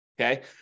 Okay